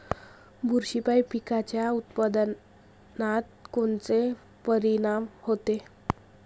बुरशीपायी पिकाच्या उत्पादनात कोनचे परीनाम होते?